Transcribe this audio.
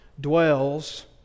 dwells